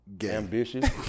ambitious